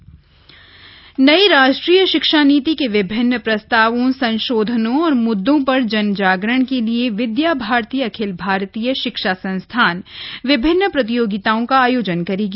राष्ट्रीय शिक्षा नीति नई राष्ट्रीय शिक्षा नीति के विभिन्न प्रस्तावों संशोधनों और मुद्दों पर जन जागरण के लिए विद्या भारती अखिल भारतीय शिक्षा संस्थान विभिन्न प्रतियोगिताओं का आयोजन करेगी